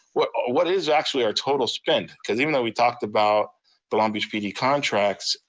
what what is actually our total spend? cause even though we talked about the long beach pd contracts,